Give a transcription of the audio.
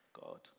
God